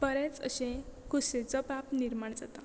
बरेंच अशें खुशेचे प्राप निर्माण जाता